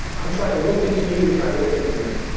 i'm trying to look into you. you're trying to look into me.